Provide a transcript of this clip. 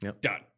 done